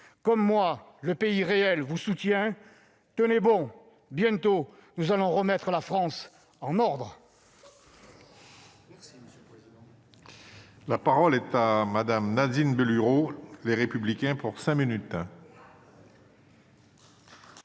Comme moi, le pays réel vous soutient. Tenez bon ! Bientôt, nous allons remettre la France en ordre